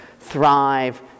thrive